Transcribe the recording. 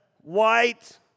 white